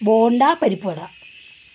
bonda പരിപ്പുവട